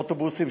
אוטובוסים,